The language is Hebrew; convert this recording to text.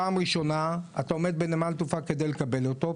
פעם ראשונה אתה עומד בנמל התעופה כדי לקבל אותו,